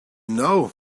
know